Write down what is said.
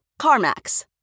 CarMax